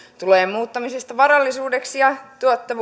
tulojen muuttamisesta varallisuudeksi ja